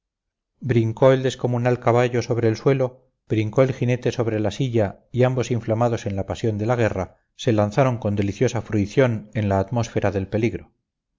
brincó el descomunal caballo sobre el suelo brincó el jinete sobre la silla y ambos inflamados en la pasión de la guerra se lanzaron con deliciosa fruición en la atmósfera del peligro